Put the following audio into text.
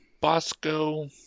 Bosco